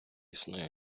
існує